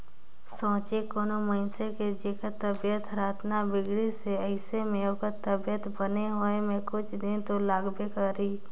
सोंचे कोनो मइनसे के जेखर तबीयत हर अतना बिगड़िस हे अइसन में ओखर तबीयत बने होए म कुछ दिन तो लागबे करही